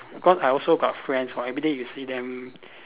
cause I also got friends !wah! everyday you see them